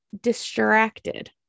distracted